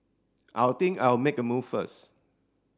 I'll think I'll make a move first